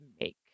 make